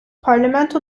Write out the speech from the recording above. parlamento